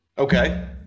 Okay